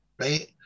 right